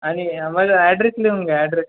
आणि माझा ॲड्रेस लिहून घ्या ॲड्रेस